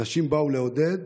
אנשים באו לעודד